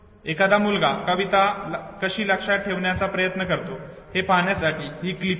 एखादा मुलगा कविता कशी लक्षात ठेवण्याचा प्रयत्न करतो हे पाहण्यासाठी ही क्लिप पहा